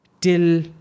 Till